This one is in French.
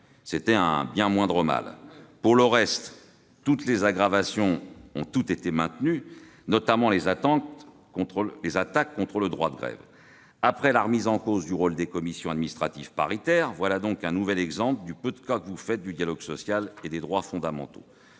mal. Tout de même ! Pour le reste, toutes les aggravations ont été maintenues, notamment les attaques contre le droit de grève. Après la remise en cause du rôle des commissions administratives paritaires, voilà un nouvel exemple du peu de cas que vous faites du dialogue social et des droits fondamentaux.